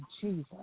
Jesus